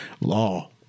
law